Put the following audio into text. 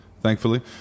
thankfully